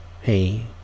Hey